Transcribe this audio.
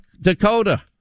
Dakota